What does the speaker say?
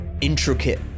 intricate